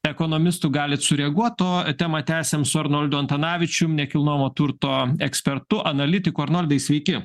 ekonomistų galit sureaguot o temą tęsiam su arnoldu antanavičium nekilnojamo turto ekspertu analitiku arnoldai sveiki